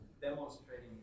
demonstrating